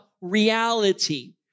reality